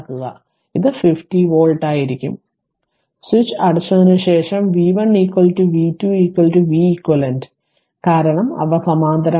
അതിനാൽ ഇത് 50 വോൾട്ട് ആയിരിക്കും സ്വിച്ച് അടച്ചതിനുശേഷം v1 v2 v eq കാരണം അവ സമാന്തരമാണ്